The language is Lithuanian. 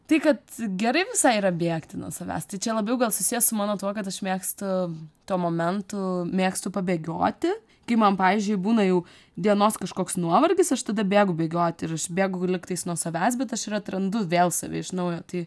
tai kad gerai visai yra bėgti nuo savęs tai čia labiau gal susiję su mano tuo kad aš mėgstu tuo momentu mėgstu pabėgioti kai man pavyzdžiui būna jau dienos kažkoks nuovargis aš tada bėgu bėgioti ir aš bėgu lygtais nuo savęs bet aš ir atrandu vėl save iš naujo tai